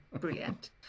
brilliant